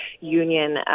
Union